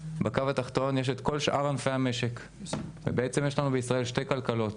בקו התחתון יש את כל שאר ענפי המשק כשבעצם יש לנו בישראל שתי כלכלות